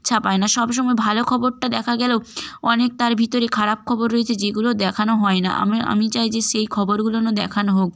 ছাপায় না সব সময় ভালো খবরটা দেখা গেলেও অনেক তার ভিতরে খারাপ খবর রয়েছে যেগুলো দেখানো হয় না আমি চাই যে সেই খবরগুলো দেখানো হোক